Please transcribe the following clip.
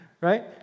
right